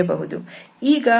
ಈಗ ಹರಿಯುವಿಕೆ ಯು Fn